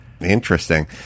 Interesting